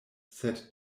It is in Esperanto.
sed